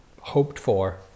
hoped-for